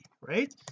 right